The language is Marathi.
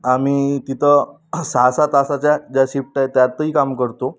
आम्ही तिथं सहासहा तासाच्या ज्या शिफ्ट आहे त्यातही काम करतो